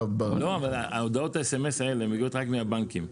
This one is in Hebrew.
אבל הודעות האס.אמ.אס האלה מגיעות רק מהבנקים.